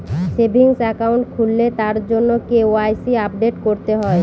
savings account খুললে তার জন্য কে.ওয়াই.সি আপডেট করতে হয়